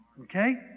okay